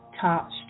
touched